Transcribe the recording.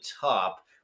top